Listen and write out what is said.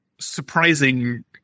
surprising